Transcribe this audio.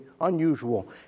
unusual